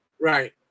right